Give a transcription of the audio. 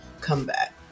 comeback